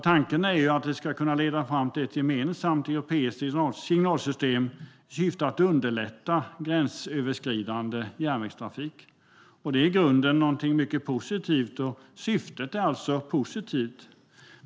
Tanken är att det ska kunna leda fram till ett gemensamt europeiskt signalsystem i syfte att underlätta för gränsöverskridande järnvägstrafik. Det är i grunden någonting mycket positivt, och syftet är lovvärt.